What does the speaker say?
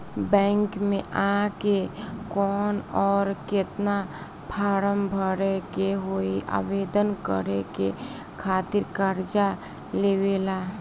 Bank मे आ के कौन और केतना फारम भरे के होयी आवेदन करे के खातिर कर्जा लेवे ला?